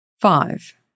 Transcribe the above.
Five